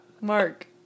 Mark